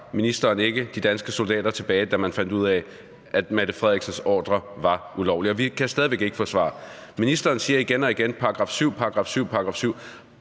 ministeren ikke de danske soldater tilbage, da man fandt ud af, at statsministerens ordre var ulovlig? Vi kan stadig væk ikke få svar. Ministeren siger igen og igen § 7, § 7. § 7